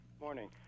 morning